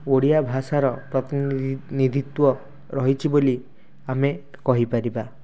ଓଡ଼ିଆ ଭାଷାର ପ୍ରତିନି ନିଧିତ୍ଵ ରହିଛି ବୋଲି ଆମେ କହିପାରିବା